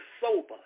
sober